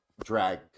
drag